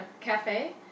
cafe